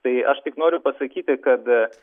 tai aš tik noriu pasakyti kad